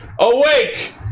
Awake